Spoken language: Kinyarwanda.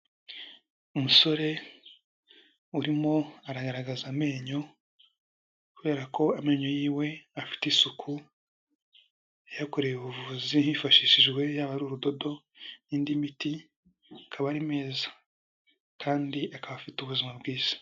Umusore urimo aragaragaza amenyo kubera ko amenyo yiwe afite isuku yayakoreye ubuvuzi hifashishijwe yaba ari urudodo n'indi miti ikaba ari meza kandi akaba afite ubuzima bwiza.